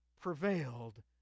prevailed